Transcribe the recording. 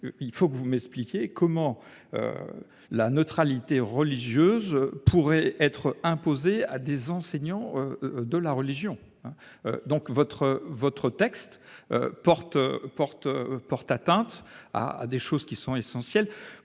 Il faut que vous m'expliquiez comment la neutralité religieuse pourrait être imposée à des enseignants de la religion. Votre texte porte atteinte à des principes essentiels.